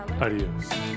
Adios